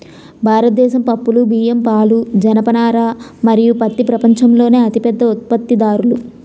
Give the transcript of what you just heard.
భారతదేశం పప్పులు, బియ్యం, పాలు, జనపనార మరియు పత్తి ప్రపంచంలోనే అతిపెద్ద ఉత్పత్తిదారులు